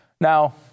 Now